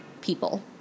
people